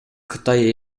кытай